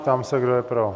Ptám se, kdo je pro?